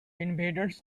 invaders